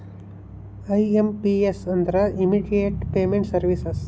IMPS ಅಂದ್ರ immediate payment services